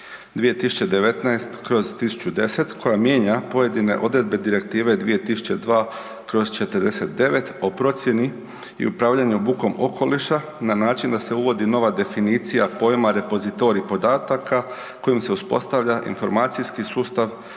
2019/1010 koja mijenja pojedine odredbe Direktive 2002/49 o procjeni i upravljanju bukom okoliša na način da se uvodi nova definicija pojma repozitorij podataka kojim se uspostavlja informacijski sustav pri